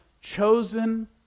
chosen